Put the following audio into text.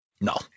No